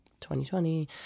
2020